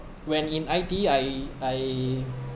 when in I_T_E I I